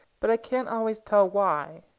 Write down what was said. but i can't always tell why.